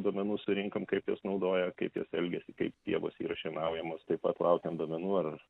duomenų surinkom kaip jos naudoja kaip jos elgiasi kaip pievos yra šienaujamos taip pat laukiam duomenų ar